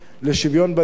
לשוויון בנטל,